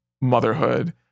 motherhood